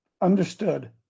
understood